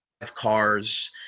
cars